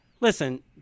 listen